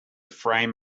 frame